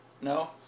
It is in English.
No